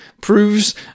proves